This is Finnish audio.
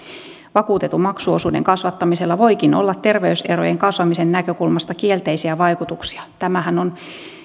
vakuutetun maksuosuuden kasvattamisella voikin olla terveyserojen kasvamisen näkökulmasta kielteisiä vaikutuksia tämähän on